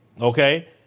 okay